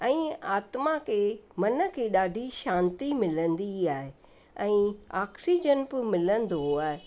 ऐं आत्मा खे मन खे ॾाढी शांती मिलंदी आहे ऐं ऑक्सीजन बि मिलंदो आहे